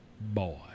boy